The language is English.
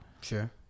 Sure